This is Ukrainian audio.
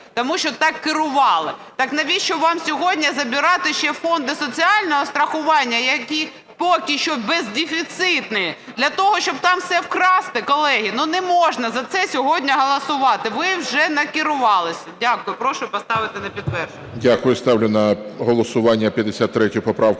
тому що там керували. Так навіщо вам сьогодні забирати ще фонди соціального страхування, які поки що бездефіцитні, для того, щоб там все вкрасти, колеги? Ну не можна за це сьогодні голосувати, ви вже накерувалися. Дякую. Прошу поставити на підтвердження.